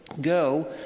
go